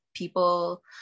People